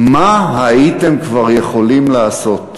מה הייתם כבר יכולים לעשות?